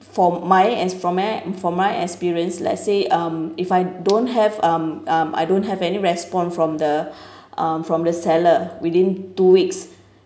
for my as for my for my experience let's say um if I don't have um um I don't have any response from the um from the seller within two weeks